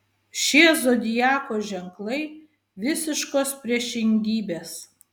šie zodiako ženklai visiškos priešingybės